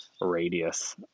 radius